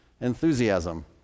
enthusiasm